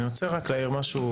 אני רק רוצה להעיר משהו.